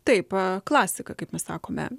taip klasika kaip mes sakome